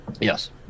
Yes